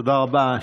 תודה רבה.